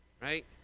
right